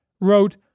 wrote